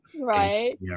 right